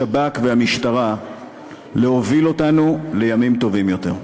השב"כ והמשטרה להוביל אותנו לימים טובים יותר.